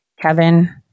Kevin